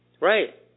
Right